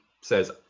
says